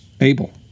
Abel